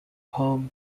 poem